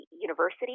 university